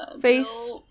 face